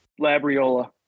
Labriola